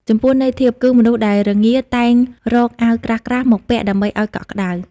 ចំពោះន័យធៀប គឺមនុស្សដែលរងាតែងរកអាវក្រាស់ៗមកពាក់ដើម្បីឲ្យកក់ក្ដៅ ។